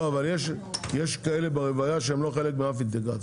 יש כאלה ברבייה שהם לא חלק מאף אינטגרציה.